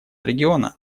региона